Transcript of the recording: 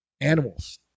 animals